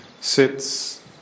sits